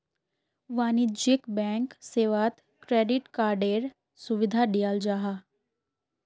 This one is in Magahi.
वाणिज्यिक बैंक सेवात क्रेडिट कार्डएर सुविधा दियाल जाहा